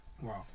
wow